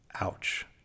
Ouch